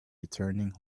returning